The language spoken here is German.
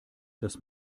das